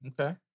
Okay